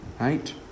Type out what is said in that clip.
Right